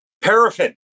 Paraffin